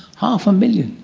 half a million!